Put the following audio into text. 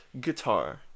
guitar